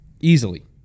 easily